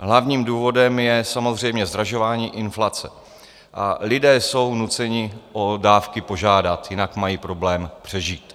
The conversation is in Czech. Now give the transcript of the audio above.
Hlavním důvodem je samozřejmě zdražování, inflace, a lidé jsou nuceni o dávky požádat, jinak mají problém přežít.